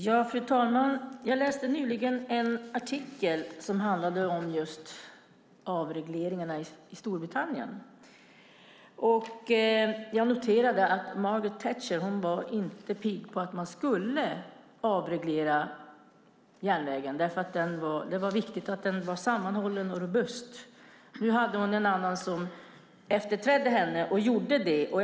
Fru talman! Jag läste nyligen en artikel om just avregleringarna i Storbritannien. Jag noterade att Margaret Thatcher inte var pigg på att avreglera järnvägen, för det var viktigt att den var sammanhållen och robust. Nu var det hennes efterträdare som genomförde avregleringen.